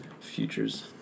futures